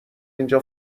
اینجا